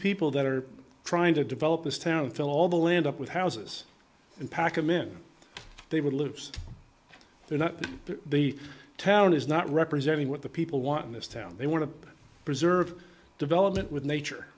people that are trying to develop this town fill all the land up with houses and pack i'm in they would lose they're not the town is not representing what the people want in this town they want to preserve development with nature